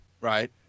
Right